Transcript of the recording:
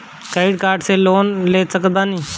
Credit card से loan ले सकत बानी?